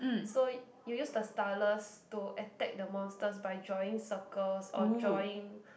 so you use the stylus to attack the monsters by drawing circles or drawing